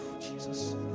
Jesus